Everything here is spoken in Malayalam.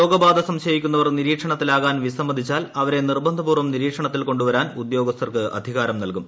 രോഗബാധ സംശയിക്കുന്നവർ നിരീക്ഷണത്തിലാകാൻ വിസമ്മതിച്ചാൽ അവരെ നിർബന്ധപൂർവ്വം നിരീക്ഷണത്തിൽ കൊണ്ടുവരാൻ ഉദ്യോഗസ്ഥർക്ക് അധികാരം നൽകും